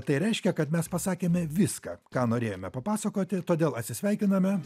tai reiškia kad mes pasakėme viską ką norėjome papasakoti todėl atsisveikiname